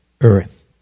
earth